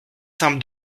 simple